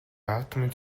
атомын